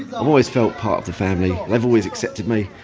i've always felt part of the family. they've always accepted me.